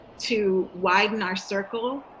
to widen our circle,